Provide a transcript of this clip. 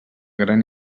gran